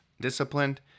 disciplined